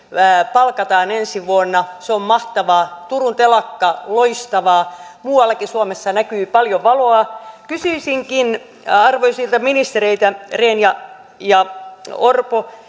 palkataan ensi vuonna se on mahtavaa turun telakka loistavaa muuallakin suomessa näkyy paljon valoa kysyisinkin arvoisilta ministereiltä rehn ja ja orpo